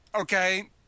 okay